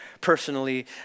personally